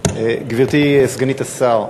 גברתי סגנית השר,